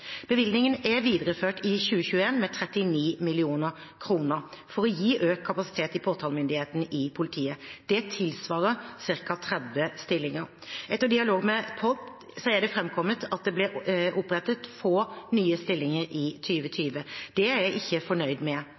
Bevilgningen er videreført i 2021 med 39 mill. kr for å gi økt kapasitet i påtalemyndigheten i politiet. Det tilsvarer ca. 30 stillinger. Etter dialog med Politidirektoratet har det framkommet at det ble opprettet få nye stillinger i 2020. Det er jeg ikke fornøyd med.